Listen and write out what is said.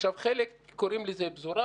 עכשיו, חלק קוראים לזה פזורה.